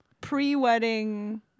pre-wedding